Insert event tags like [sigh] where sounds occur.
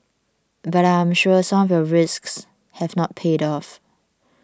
but I'm sure some [unintelligible] risks have not paid off